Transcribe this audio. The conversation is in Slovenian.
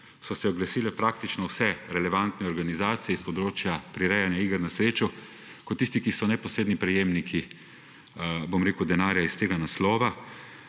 so se oglasili praktično vse relevantne organizacije s področja prirejanja iger na srečo ter tisti, ki so neposredni prejemniki denarja iz tega naslova.